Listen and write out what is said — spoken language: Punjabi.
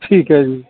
ਠੀਕ ਹੈ ਜੀ